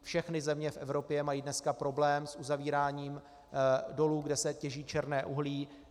Všechny země v Evropě mají dneska problém s uzavíráním dolů, kde se těží černé uhlí.